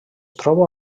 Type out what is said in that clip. troba